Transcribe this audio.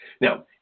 Now